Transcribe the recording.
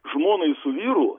žmonai su vyru